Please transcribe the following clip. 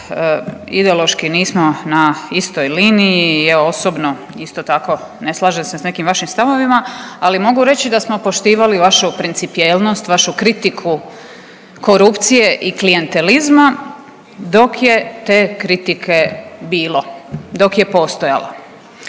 ideološki nismo na istoj liniji i ja osobno isto tako ne slažem se s nekim vašim stavovima, ali mogu reći da smo poštivali vašu principijelnost, vašu kritiku korupcije i klijentelizma dok je te kritike bilo, dok je postojala.